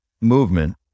movement